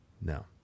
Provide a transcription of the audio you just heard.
No